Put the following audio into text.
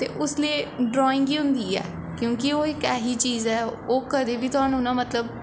ते उसलै ड्राईंग गै होंदी ऐ क्योंकि ओह् इक ऐसी चीज़ ऐ ओह् कदें बी थोआनू ना मतलब